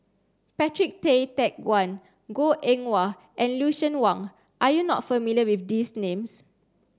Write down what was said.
Patrick Tay Teck Guan Goh Eng Wah and Lucien Wang are you not familiar with these names